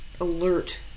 alert